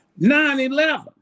9-11